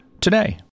today